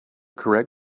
correct